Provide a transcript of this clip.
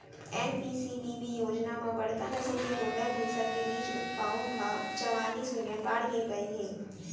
NPCBB योजना म बड़का नसल के गोल्लर, भईंस के बीज उत्पाउन ह चवालिस मिलियन बाड़गे गए हे